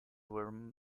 were